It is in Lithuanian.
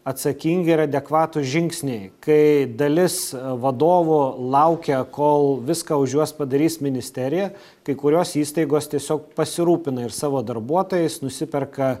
atsakingi ir adekvatūs žingsniai kai dalis vadovų laukia kol viską už juos padarys ministerija kai kurios įstaigos tiesiog pasirūpina ir savo darbuotojais nusiperka